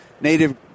native